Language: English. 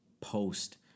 post